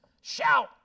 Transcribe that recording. Shout